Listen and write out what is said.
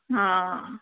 हा